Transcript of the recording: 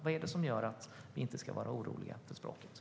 Vad är det som gör att vi inte ska vara oroliga för språket?